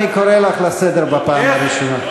אני קורא אותך לסדר בפעם הראשונה.